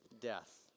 death